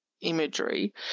imagery